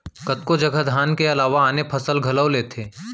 कतको जघा धान के अलावा आने फसल घलौ लेथें